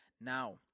Now